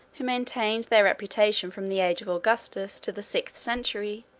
who maintained their reputation from the age of augustus to the sixth century,